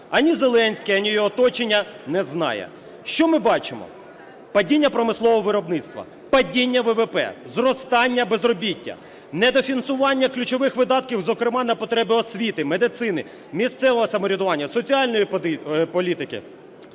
ані Зеленський, ані його оточення не знають. Що ми бачимо: падіння промислового виробництва, падіння ВВП, зростання безробіття, недофінансування ключових видатків зокрема на потреби освіти, медицини, місцевого самоврядування, соціальної політики.